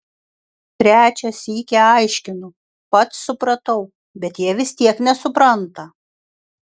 trečią sykį aiškinu pats supratau bet jie vis tiek nesupranta